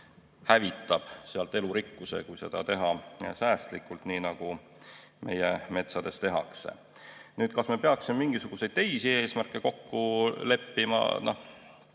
hävitab seal elurikkuse, kui seda teha säästlikult, nii nagu meie metsas tehakse. Kas me peaksime mingisuguseid teisi eesmärke kokku leppima?